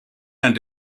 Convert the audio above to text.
and